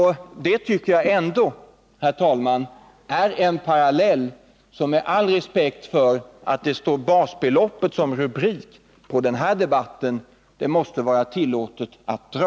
Det tycker jag ändå, herr talman, är den parallell som det — med all respekt för att det som rubrik på den här debatten står Ändrade regler för basbeloppet — måste vara tillåtet att dra.